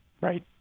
right